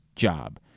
job